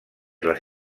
les